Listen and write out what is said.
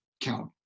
count